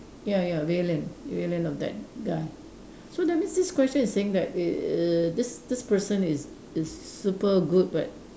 ya ya villain villain of that guy so that means this question is saying that err this this person is is super good but